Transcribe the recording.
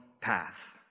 path